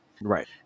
Right